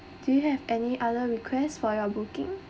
do you have any other requests for your booking